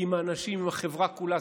עם האנשים, עם החברה כולה.